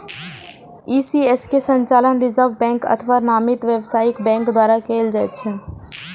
ECS के संचालन reserve bank अथवा नामित व्यावसायिक बैंक द्वारा कैल जाइ छै